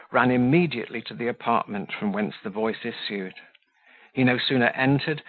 ran immediately to the apartment from whence the voice issued he no sooner entered,